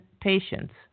patients